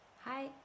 Hi